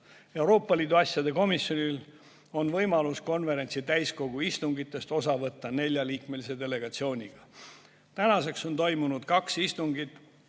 Euroopa Liidu asjade komisjonil on võimalus konverentsi täiskogu istungitest osa võtta neljaliikmelise delegatsiooniga. Tänaseks on toimunud kaks istungit